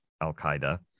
Al-Qaeda